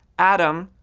atom,